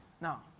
Now